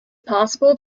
possible